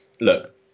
look